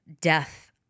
death